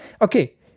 Okay